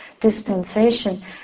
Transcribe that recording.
dispensation